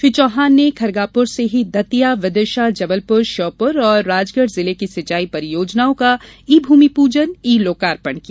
श्री चौहान ने खरगापुर से ही दतिया विदिशा जबलपुर श्योपुर और राजगढ़ जिले की सिंचाई परियोजनाओं का ई भूमि पूजनई लोकार्पण किया